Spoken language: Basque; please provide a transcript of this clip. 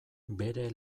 bere